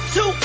Two